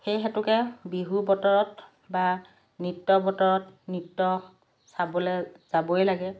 সেই হেতুকে বিহু বতৰত বা নৃত্য বতৰত নৃত্য চাবলৈ যাবই লাগে